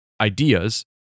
ideas